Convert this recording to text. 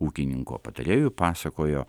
ūkininko patarėjui pasakojo